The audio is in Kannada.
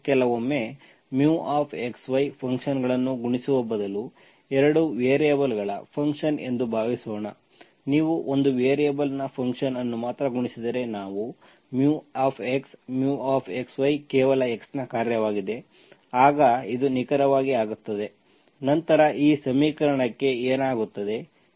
ಕೆಲವೊಮ್ಮೆ μxy ಫಂಕ್ಷನ್ಗಳನ್ನು ಗುಣಿಸುವ ಬದಲು 2 ವೇರಿಯೇಬಲ್ಗಳ ಫಂಕ್ಷನ್ ಎಂದು ಭಾವಿಸೋಣ ನೀವು ಒಂದು ವೇರಿಯೇಬಲ್ನ ಫಂಕ್ಷನ್ ಅನ್ನು ಮಾತ್ರ ಗುಣಿಸಿದರೆ ನಾವು μ μxy ಕೇವಲ x ನ ಕಾರ್ಯವಾಗಿದೆ ಆಗ ಇದು ನಿಖರವಾಗಿ ಆಗುತ್ತದೆ ನಂತರ ಈ ಸಮೀಕರಣಕ್ಕೆ ಏನಾಗುತ್ತದೆ